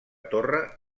torre